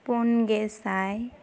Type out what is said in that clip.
ᱯᱩᱱ ᱜᱮᱥᱟᱭ